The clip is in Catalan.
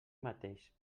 mateix